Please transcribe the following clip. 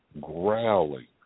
growling